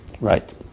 Right